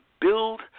build